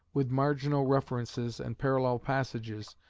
with marginal references and parallel passages,